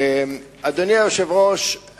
אדוני היושב-ראש,